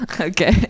Okay